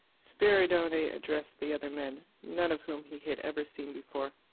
spiridione addressed the other men, none of whom he had ever seen before.